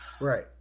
Right